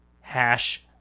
hash